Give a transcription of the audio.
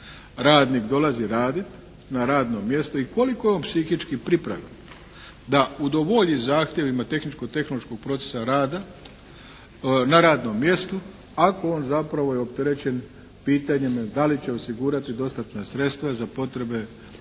radnik dolazi raditi na radno mjesto i koliko je on psihički pripremljen da udovolji zahtjevima tehničko-tehnološkog procesa rada na radnom mjestu ako on zapravo je opterećen pitanjem da li će osigurati dostatna sredstva za potrebe,